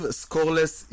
scoreless